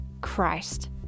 Christ